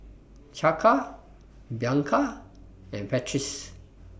Chaka Bianca and Patrice